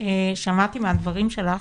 שמעתי מהדברים שלך